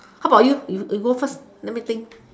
how about you you go first let me think